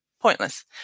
Pointless